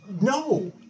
No